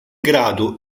grado